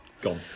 gone